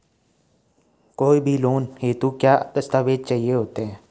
कोई भी लोन हेतु क्या दस्तावेज़ चाहिए होते हैं?